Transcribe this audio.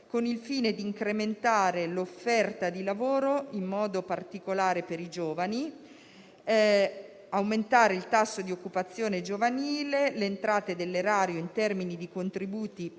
con il fine di incrementare l'offerta di lavoro, in modo particolare per i giovani, aumentare il tasso di occupazione giovanile, le entrate dell'erario in termini di contributi